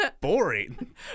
boring